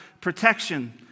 protection